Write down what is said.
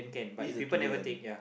this is the today one